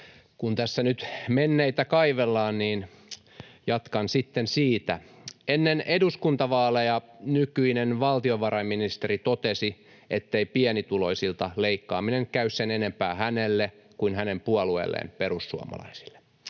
Kun tässä nyt menneitä kaivellaan, niin jatkan sitten siitä. Ennen eduskuntavaaleja nykyinen valtiovarainministeri totesi, ettei pienituloisilta leikkaaminen käy sen enempää hänelle kuin hänen puolueelleen, perussuomalaisille.